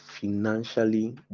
financially